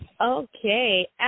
Okay